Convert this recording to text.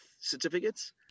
certificates